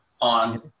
on